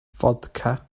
fodca